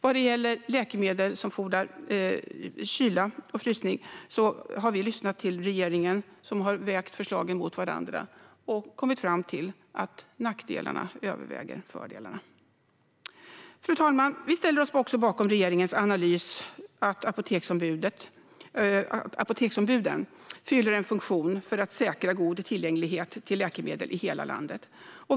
Vad gäller läkemedel som fordrar kyla och frysning har vi lyssnat till regeringen, som har vägt förslagen mot varandra och kommit fram till att nackdelarna överväger fördelarna. Fru talman! Vi ställer oss också bakom regeringens analys att apoteksombuden fyller en funktion för att säkra god tillgänglighet till läkemedel i hela landet.